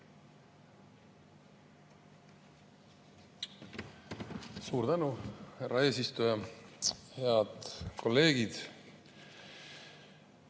Suur tänu, härra eesistuja! Head kolleegid!